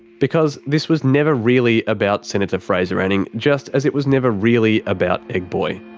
because this was never really about senator fraser anning, just as it was never really about egg boy.